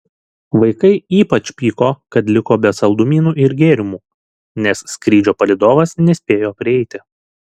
vaikai ypač pyko kad liko be saldumynų ir gėrimų nes skrydžio palydovas nespėjo prieiti